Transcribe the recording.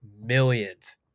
millions